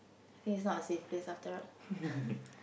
I think it's not a safe place after all